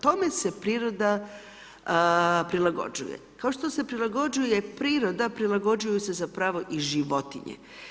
Tome se priroda prilagođuje, kao što se prilagođuje priroda, prilagođuju su zapravo i životinje.